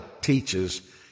teaches